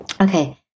Okay